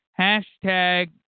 Hashtag